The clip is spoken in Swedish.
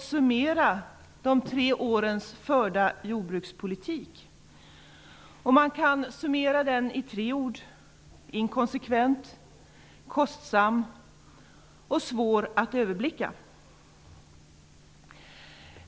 summera de tre årens förda jordbrukspolitik. Den kan summeras med tre ord: inkonsekvent, kostsam och svår att överblicka.